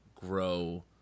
grow